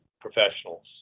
professionals